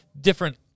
different